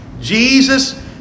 Jesus